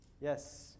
Yes